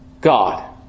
God